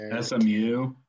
SMU